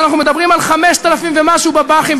ואנחנו מדברים על 5,000 ומשהו בב"חים,